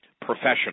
professional